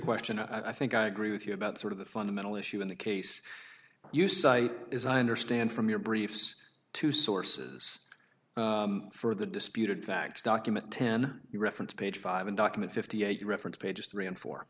question and i think i agree with you about sort of the fundamental issue in the case you cite is i understand from your briefs two sources for the disputed facts document ten reference page five in document fifty eight reference page three and four